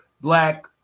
black